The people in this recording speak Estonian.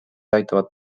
aitavad